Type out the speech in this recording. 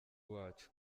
wacu